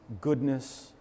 goodness